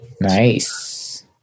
Nice